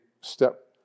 step